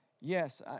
yes